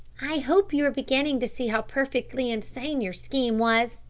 i hope you are beginning to see how perfectly insane your scheme was,